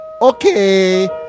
Okay